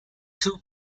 two